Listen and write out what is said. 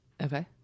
Okay